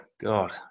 God